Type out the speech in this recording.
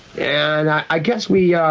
and i guess we,